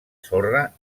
sorra